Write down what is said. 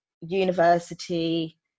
university